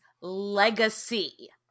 legacy